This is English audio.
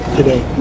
today